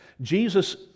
Jesus